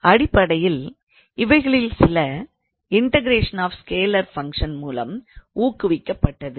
அடிப்படையில் இவைகளில் சில இன்டகரேஷன் ஆஃப் ஸ்கேலார் ஃபங்க்ஷனின் மூலம் ஊக்குவிக்கப்பட்டது